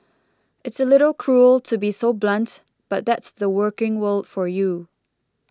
it's a little cruel to be so blunt but that's the working world for you